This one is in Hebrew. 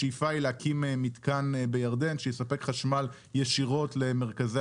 השאיפה היא להקים מתקן בירדן שיספק חשמל ישירות למרכזי